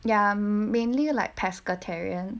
ya mainly like presbyterian